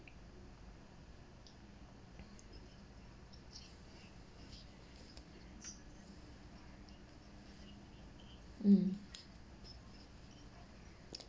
mm